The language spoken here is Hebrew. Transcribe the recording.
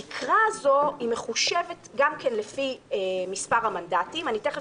התקרה הזו מחושבת לפי מספר המנדטים תיכף